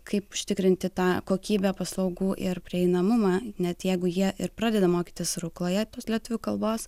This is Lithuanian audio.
kaip užtikrinti tą kokybę paslaugų ir prieinamumą net jeigu jie ir pradeda mokytis rukloje tos lietuvių kalbos